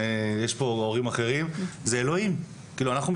הם למעשה נכנעים למודלים שבוע אחרי שבוע ואנחנו לא רואים איך הם